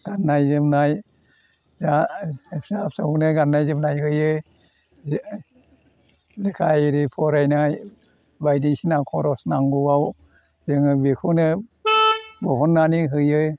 गान्नाय जोमनाय जा फिसा फिसौनो गान्नाय जोमनाय होयो ले लेखा एरि फरायनाय बायदिसिना खरस नांगौआव जोङो बेखौनो बहन्नानै होयो